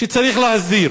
שצריך להסדיר.